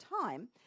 time